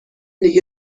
دیگه